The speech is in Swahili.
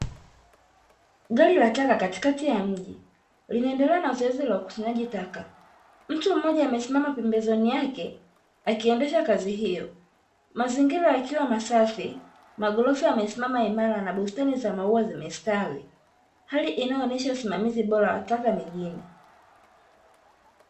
Gari la taka katikati ya mji, linaendelea na zoezi la ukusanyaji taka. Mtu mmoja amesimama pembezoni yake akiendesha kazi hiyo, mazingira yakiwa masafi. Maghorofa yamesimama imara na bustani za maua zimestawi, hali inayoonesha usimamizi bora wa taka mijini.